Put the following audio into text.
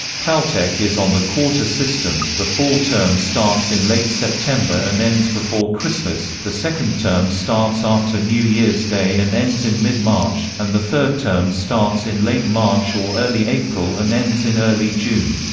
caltech is on the quarter system the fall term starts in late september and ends before christmas, the second term starts after new years day and ends in mid-march, and the third term starts in late march or early april and ends in early june.